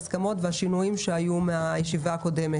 ההסכמות והשינויים שהיו מהישיבה הקודמת.